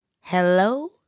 Hello